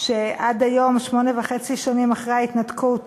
שעד היום, שמונה וחצי שנים אחרי ההתנתקות,